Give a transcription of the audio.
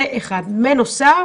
בנוסף,